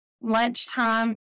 lunchtime